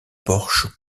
porche